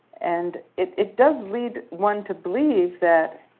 and it does lead one to believe that